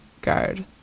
guard